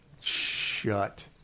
Shut